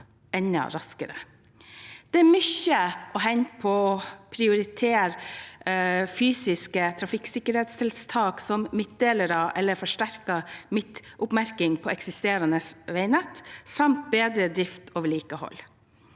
Det er mye å hente på å prioritere fysiske trafikksikkerhetstiltak som midtdelere eller forsterket midtoppmerking på eksisterende veinett samt bedre drift og vedlikehold.